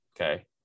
Okay